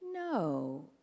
No